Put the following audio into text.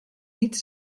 niet